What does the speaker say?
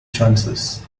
chances